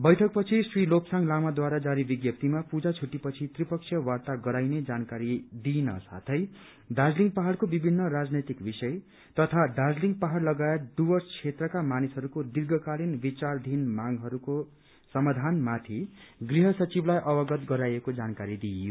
वैठक पछि श्री लोपसाङ लामाद्वारा जारी विज्ञप्तीमा पुजा छुट्टी पछि त्रिपक्षिय वार्ता गराइने जानकारी दिइन साथै दार्जीलिङ पहाड़को विभिन्न राजनैतिक विषय दार्जीलिङ पहाड़ लगायत डुवर्स क्षेत्रका मानिसहरूको दीर्यकालिन विचाराधीन मागहरूको समाधान माथि गृह सचिवलाई अवगत गराइएको जानकारी दिइयो